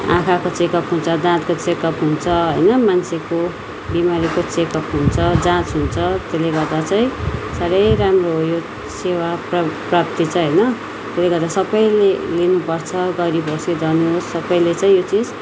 आँखाको check up हुन्छ दाँतको चेक अप हुन्छ होइन मान्छेको बिमारीको चेक अप हुन्छ जाँच हुन्छ त्यसले गर्दा चाहिँ साह्रै राम्रो हो यो सेवा प्राप्ति चाहिँ होइन त्यसले गर्दा सबैले नै लिनु पर्छ गरिब होस् कि धनी होस् सबैले चाहिँ यो चिज